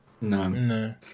No